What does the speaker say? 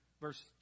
Verse